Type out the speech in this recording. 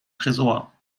tresor